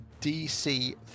DC